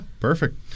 perfect